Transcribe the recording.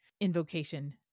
invocation